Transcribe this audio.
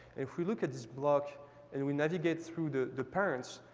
if we look at this block and we navigate through the the parents,